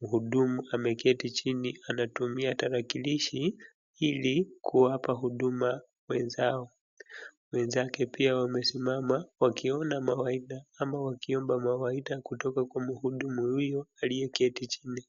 mhudumu ameketi chini anatumia tarakilishi ili kuwapa huduma wenzao. wenzake pia wamesimama wakiona mawaidha ama wakiomba mawaidha kutoka kwa mhudumu huyo aliyeketi chini.